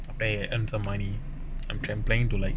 eh earn some money I'm trying I'm planning to like